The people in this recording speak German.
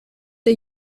der